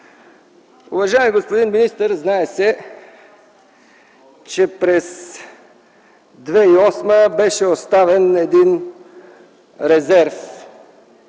уважаеми господин министър! Знае се, че през 2008 г. беше оставен резерв,